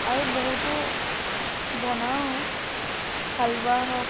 আৰু বহুতো বনাওঁ হালোৱা হওক